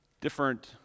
different